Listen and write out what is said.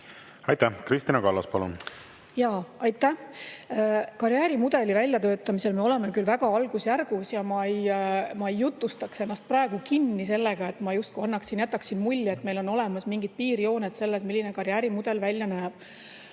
Aitäh! Kristina Kallas, palun! Aitäh! Karjäärimudeli väljatöötamisel me oleme küll väga algusjärgus ja ma ei jutustaks ennast praegu kinni sellega, et ma justkui jätaksin mulje, et meil on olemas mingid piirjooned selles, milline karjäärimudel välja näeb.